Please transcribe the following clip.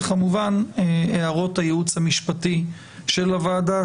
וכמובן הערות הייעוץ המשפטי של הוועדה,